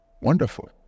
Wonderful